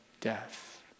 death